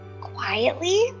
Quietly